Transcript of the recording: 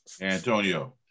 antonio